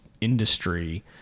industry